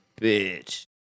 bitch